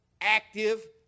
active